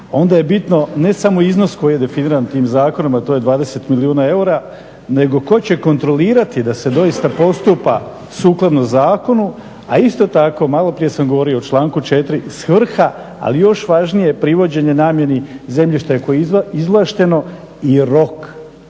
onda je bitno, ne samo iznos koji je definiran tim zakonom a to je 20 milijuna eura nego tko će kontrolirati da se doista postupa sukladno zakonu. A isto tako malo prije sam govorio u članku 4. svrha, ali još važnije privođenje namjeni zemljišta koje je izvlašteno je rok.